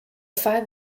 five